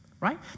right